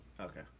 Okay